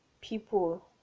people